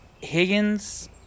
Higgins